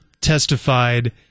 testified